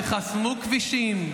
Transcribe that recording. שחסמו כבישים?